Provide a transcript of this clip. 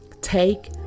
Take